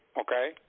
okay